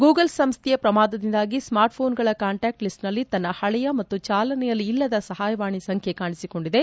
Google ಸಂಸ್ಥೆಯ ಪ್ರಮಾದದಿಂದಾಗಿ smart ಪೋನ್ಗಳ ಕಾಂಟ್ಲಾಕ್ಸ್ ಲಿಸ್ನಲ್ಲಿ ತನ್ನ ಹಳೆಯ ಮತ್ತು ಚಾಲನೆಯಲ್ಲಿ ಇಲ್ಲದ ಸಹಾಯವಾಣಿ ಸಂಖ್ಯೆ ಕಾಣಿಸಿಕೊಂಡಿದೆ